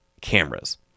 cameras